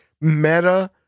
meta